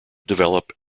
develop